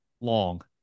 long